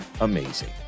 amazing